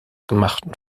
gemachten